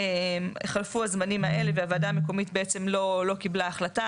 חלפו הזמנים האלה והוועדה המקומית בעצם לא קיבלה החלטה,